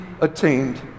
attained